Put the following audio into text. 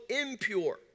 impure